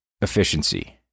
efficiency